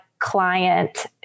Client